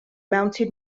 mounted